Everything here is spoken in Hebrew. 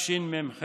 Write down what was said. התשמ"ח